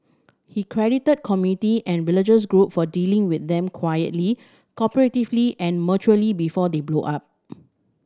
he credited community and religious group for dealing with them quietly cooperatively and maturely before they blow up